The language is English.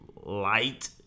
light